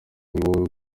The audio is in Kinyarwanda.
wowe